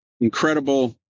incredible